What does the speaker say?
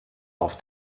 auf